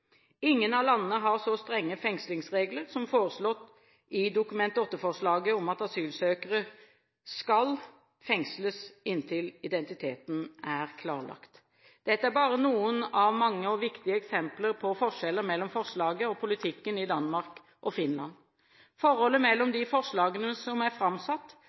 Ingen av landene har så strenge fengslingsregler som foreslått i Dokument 8-forslaget, at asylsøkere «skal» fengsles inntil identiteten er klarlagt. Dette er bare noen av mange og viktige eksempler på forskjeller mellom forslaget og politikken i Danmark og Finland. Forholdet mellom de forslagene som er framsatt